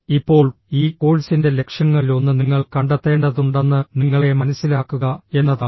ഇപ്പോൾ ഈ കോഴ്സിന്റെ ലക്ഷ്യങ്ങളിലൊന്ന് നിങ്ങൾ കണ്ടെത്തേണ്ടതുണ്ടെന്ന് നിങ്ങളെ മനസ്സിലാക്കുക എന്നതാണ്